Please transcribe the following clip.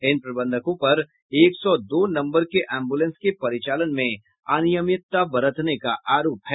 इन प्रबंधकों पर एक सौ दो नम्बर के एम्बुलेंस के परिचालन में अनियमितता बरतने का आरोप है